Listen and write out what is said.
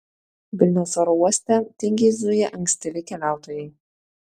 vilniaus oro uoste tingiai zuja ankstyvi keliautojai